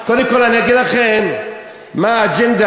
קודם כול אני אגיד לכם מה האג'נדה,